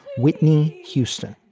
whitney houston.